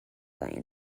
lane